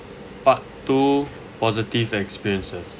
part two positive experiences